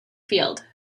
field